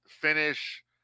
finish